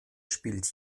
spielt